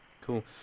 Cool